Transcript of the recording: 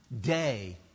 day